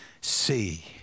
see